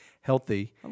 healthy